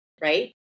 right